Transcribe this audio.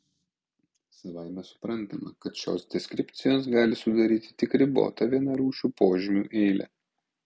savaime suprantama kad šios deskripcijos gali sudaryti tik ribotą vienarūšių požymių eilę